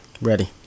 ready